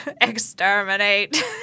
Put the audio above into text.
exterminate